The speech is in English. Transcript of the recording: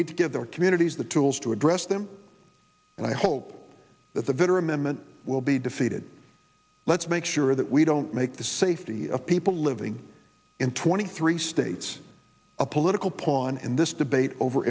need to give their communities the tools to address them and i hope that the vitter amendment will be defeated let's make sure that we don't make the safety of people living in twenty three states a a pawn in this debate over